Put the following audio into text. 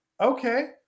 Okay